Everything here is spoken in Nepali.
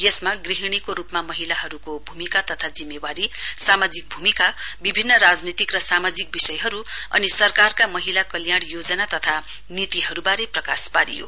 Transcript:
यसमा गृहिणीको रुपमा महिलाहरुको भूमिका तथा जिम्मेवारीसामाजिक भूमिकाविभिन्न राजनीतिक र सामाजिक विषयहरु र सरकारका महिला कल्याण योजना तथा नीतिहरुवारे प्रकाश पारियो